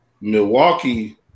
milwaukee